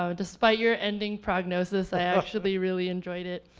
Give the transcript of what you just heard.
um despite your ending prognosis, i actually really enjoyed it.